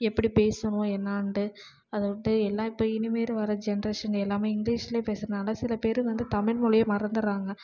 எப்படி பேசணும் என்னன்ட்டு அதை விட்டு எல்லா இப்போ இனி மேல் வர ஜென்ட்ரேஷன் எல்லாமே இங்கிலீஷ்லேயே பேசுறதுனால் சில பேர் வந்து தமிழ்மொழியை மறந்துடறாங்க